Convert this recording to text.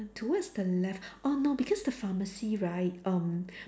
towards the left orh no because the pharmacy right um